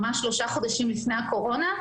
ממש שלושה חודשים לפני הקורונה,